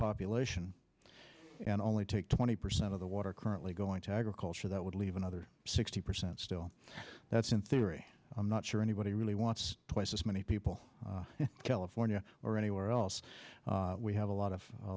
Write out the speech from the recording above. population and only take twenty percent of the water currently going to agriculture that would leave another sixty percent still that's in theory i'm not sure anybody really wants twice as many people california or anywhere else we have a